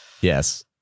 yes